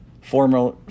former